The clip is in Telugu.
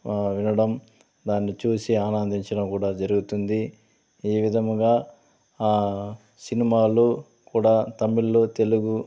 వినడం దాన్ని చూసి ఆనందించడం కూడా జరుగుతుంది ఈ విధముగా సినిమాలు కూడా తమిళ్లో తెలుగు